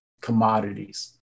commodities